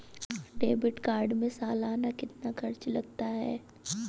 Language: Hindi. डेबिट कार्ड में सालाना कितना खर्च लगता है?